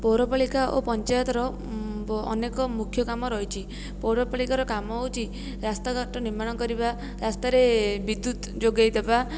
ପୌରପାଳିକା ଓ ପଞ୍ଚାୟତର ଅନେକ ମୁଖ୍ୟ କାମ ରହିଛି ପୌରପାଳିକାର କାମ ହେଉଛି ରାସ୍ତାଘାଟ ନିର୍ମାଣ କରିବା ରାସ୍ତାରେ ବିଦ୍ୟୁତ୍ ଯୋଗାଇଦେବା